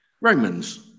Romans